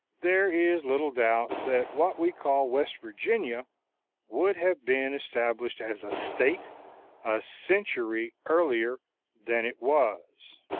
there is little doubt that what we call west virginia would have been established as a state, a century earlier than it was.